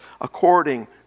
according